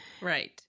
Right